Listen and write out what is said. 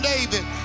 David